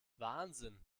wahnsinn